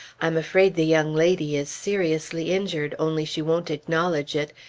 i am afraid the young lady is seriously injured, only she won't acknowledge it.